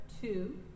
two